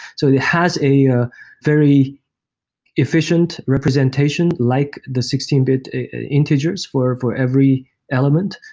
so it has a ah very efficient representation, like the sixteen bit integers for for every element,